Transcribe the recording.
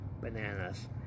bananas